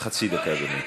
חצי דקה אדוני.